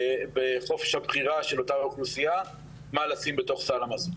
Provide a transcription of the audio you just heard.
בחופש הבחירה של אותה אוכלוסייה מה לשים בתוך סל המזון.